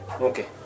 okay